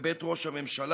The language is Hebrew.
בבית ראש הממשלה,